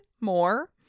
more